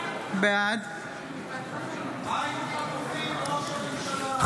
מה עם החטופים, ראש הממשלה?